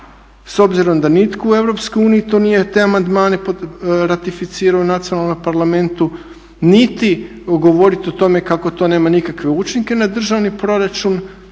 s obzirom da nitko u EU to nije, te amandmane ratificirao u nacionalnom parlamentu, niti govoriti o tome kako to nema nikakve učinke na državni proračun